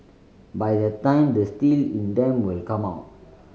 by that time the steel in them will come out